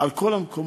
על כל המקומות,